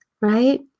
right